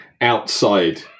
outside